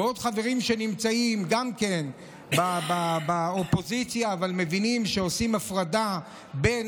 ועוד חברים שנמצאים גם כן באופוזיציה אבל מבינים שעושים הפרדה בין